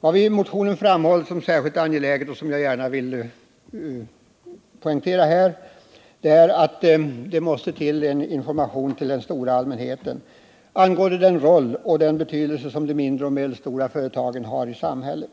Vad vi i motionen framhållit som särskilt angeläget och som jag gärna vill poängtera här är att det måste till en information till den stora allmänheten angående den betydelse som de mindre och de medelstora företagen har i samhället.